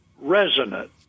resonant